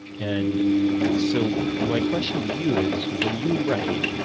and so, my question to you is, when you write,